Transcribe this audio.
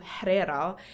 Herrera